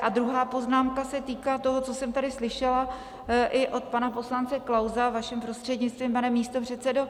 A druhá poznámka se týká toho, co jsem tady slyšela i od pana poslance Klause vaším prostřednictvím, pane místopředsedo.